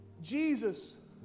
Jesus